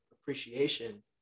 appreciation